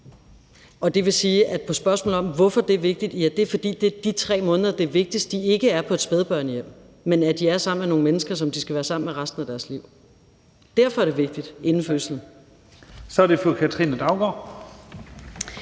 Det vil sige, at svaret på, hvorfor det er vigtigt, er, at det er, fordi det er de 3 måneder, hvor det er vigtigst, at de ikke er på et spædbørnehjem, men at de er sammen med nogle mennesker, som de skal være sammen med resten af deres liv. Derfor er det vigtigt inden fødslen. Kl. 15:40 Første næstformand